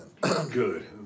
Good